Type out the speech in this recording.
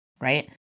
right